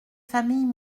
familles